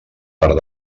part